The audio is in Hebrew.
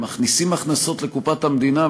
מכניסים הכנסות לקופת המדינה,